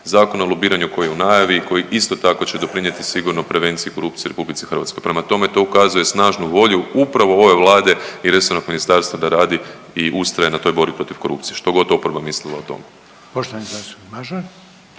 zakon o lobiranju koji je u najavi koji isto tako će doprinijeti sigurno prevenciji korupcije u RH. Prema tome, to ukazuje snažnu volju upravo ove Vlade i resornog ministarstva da radi u ustraje na toj borbi protiv korupcije, što god oporba mislila o tome.